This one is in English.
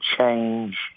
change